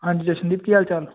ਹਾਂਜੀ ਜਸ਼ਨਦੀਪ ਕੀ ਹਾਲ ਚਾਲ